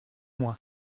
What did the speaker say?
moi